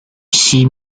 she